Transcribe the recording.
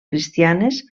cristianes